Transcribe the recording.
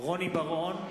רוני בר-און,